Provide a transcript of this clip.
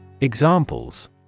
Examples